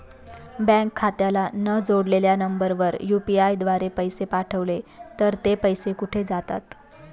Bank खात्याला न जोडलेल्या नंबरवर यु.पी.आय द्वारे पैसे पाठवले तर ते पैसे कुठे जातात?